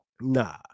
nah